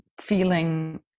feeling